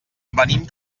venim